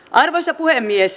arvoisa puhemies